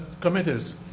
committees